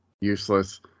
useless